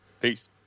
Peace